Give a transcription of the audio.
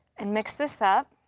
and mix this up.